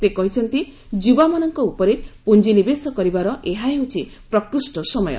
ସେ କହିଛନ୍ତି ଯୁବାମାନଙ୍କ ଉପରେ ପୁଞ୍ଜିନିବେଶ କରିବାର ଏହା ହେଉଛି ପ୍ରକୃଷ୍ଟ ସମୟ